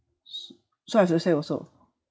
s~ so I have to say also